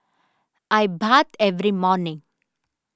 I bathe every morning